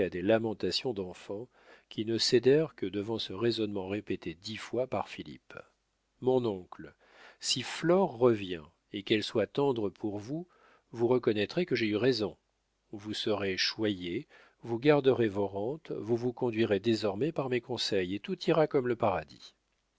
des lamentations d'enfant qui ne cédèrent que devant ce raisonnement répété dix fois par philippe mon oncle si flore revient et qu'elle soit tendre pour vous vous reconnaîtrez que j'ai eu raison vous serez choyé vous garderez vos rentes vous vous conduirez désormais par mes conseils et tout ira comme le paradis